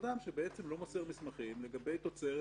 הוא מדבר על כל אדם שלא מוסר מסמכים לגבי התוצרת.